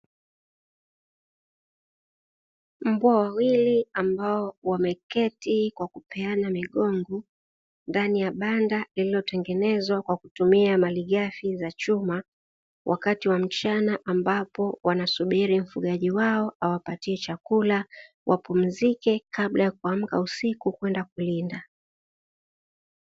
Mbwa wawili ambao wameketi kwa kupeana migongo ndani ya banda lililotengenezwa kwa kutumia malighafi za chuma, wakati wa mchana ambapo wanasubiri mfugaji wao awapatie chakula wapumzike kabla ya kuamka usiku kwenda kuwinda.